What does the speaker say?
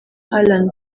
allan